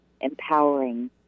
empowering